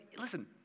listen